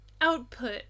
output